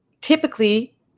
typically